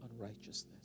unrighteousness